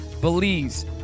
Belize